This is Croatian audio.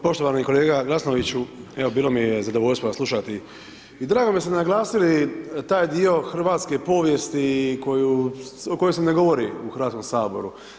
Poštovani kolega Glasnoviću, evo bilo mi je zadovoljstvo vas slušati i drago mi je da ste naglasili taj dio hrvatske povijesti o kojoj se ne govori u Hrvatskom saboru.